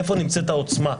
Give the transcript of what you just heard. איפה נמצאת העוצמה?